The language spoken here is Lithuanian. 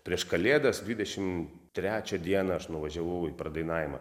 prieš kalėdas dvidešim trečią dieną aš nuvažiavau į pradainavimą